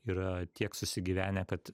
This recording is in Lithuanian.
yra tiek susigyvenę kad